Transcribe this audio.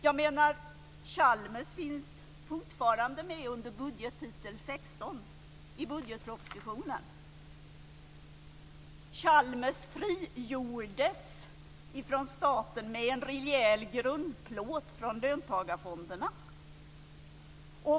Jag menar, Chalmers finns fortfarande med under budgettitel 16 i budgetpropositionen. Chalmers "frigjordes" från staten med en rejäl grundplåt från löntagarfonderna.